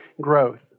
growth